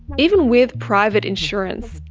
even with private insurance,